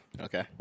Okay